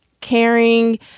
caring